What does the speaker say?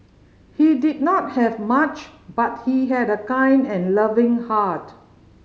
he did not have much but he had a kind and loving heart